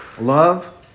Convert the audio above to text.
love